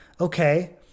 okay